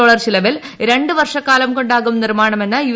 dollar ചെലവിൽ രണ്ട് വർഷക്കാലം കൊണ്ടാകും നിർമ്മാണമെന്ന് യു